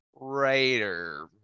writer